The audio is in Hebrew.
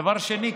דבר שני,